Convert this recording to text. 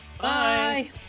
Bye